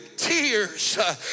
tears